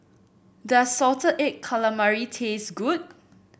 does Salted Egg Calamari taste good